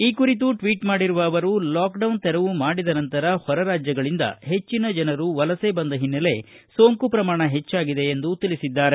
ಈ ಕುರಿತು ಟ್ವೀಟ್ ಮಾಡಿರುವ ಅವರು ಲಾಕ್ಡೌನ್ ತೆರವು ಮಾಡಿದ ನಂತರ ಹೊರರಾಜ್ಯಗಳಿಂದ ಹೆಚ್ಚಿನ ಜನರು ವಲಸೆ ಬಂದ ಹಿನ್ನೆಲೆ ಸೋಂಕು ಪ್ರಮಾಣ ಹೆಚ್ಡಾಗಿದೆ ಎಂದು ತಿಳಿಸಿದ್ದಾರೆ